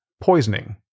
poisoning